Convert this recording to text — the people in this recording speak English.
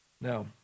Now